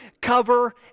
Cover